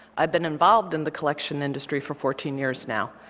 i've been involved in the collection industry for fourteen years now,